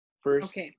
First